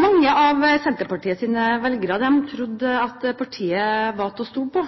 Mange av Senterpartiets velgere trodde at partiet var til å stole på.